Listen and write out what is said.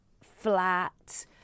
flat